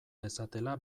dezatela